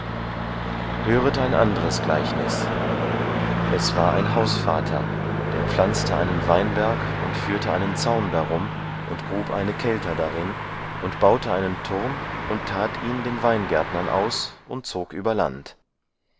höret ein anderes gleichnis es war ein hausvater der pflanzte einen weinberg und führte einen zaun darum und grub eine kelter darin und baute einen turm und tat ihn den weingärtnern aus und zog über land